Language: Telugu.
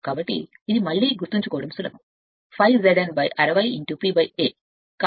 కాబట్టి ఇది మళ్ళీ గుర్తుంచుకోవడం సులభం ∅Z N 60 P A